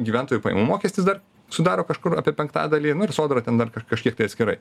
gyventojų pajamų mokestis dar sudaro kažkur apie penktadalį nu ir sodra ten dar kažkiek tai atskirai